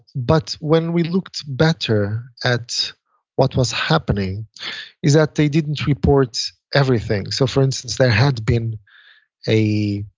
but when we looked better at what was happening is that they didn't report everything. so for instance, there had been a